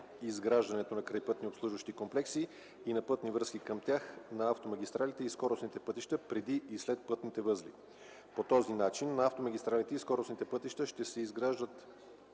изграждането на крайпътни обслужващи комплекси и на пътни връзки към тях на автомагистралите и скоростните пътища преди и след пътните възли. По този начин на автомагистралите и скоростните пътища ще се изграждат